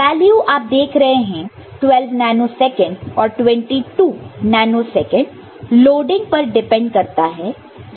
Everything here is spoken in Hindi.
जो वैल्यू आप देख रहे हैं 12 नैनो सेकंड और 22 नैनो सेकंड लोडिंग पर डिपेंड करता है